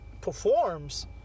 performs